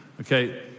okay